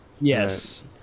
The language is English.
Yes